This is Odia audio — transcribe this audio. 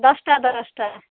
ଦଶଟା ଦଶଟା